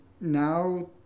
now